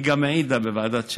היא גם העידה בוועדת שלגי.